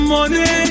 Money